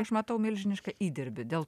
aš matau milžinišką įdirbį dėl